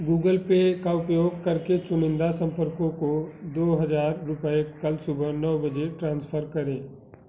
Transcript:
Google Pay का उपयोग करके चुनिंदा संपर्कों को दो हजार रुपये कल सुबह नौ बजे ट्रांसफर करें